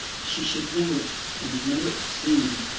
she should know it and know it soon.